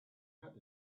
had